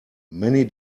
many